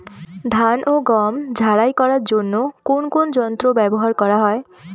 ধান ও গম ঝারাই করার জন্য কোন কোন যন্ত্র ব্যাবহার করা হয়?